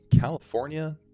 California